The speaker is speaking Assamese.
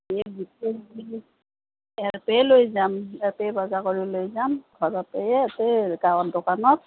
ইয়াৰ পেয়ে লৈ যাম ইয়াতে বজাৰ কৰি লৈ যাম ঘৰত এই এতেয়ে গাঁৱৰ দোকানত